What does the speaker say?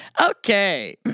Okay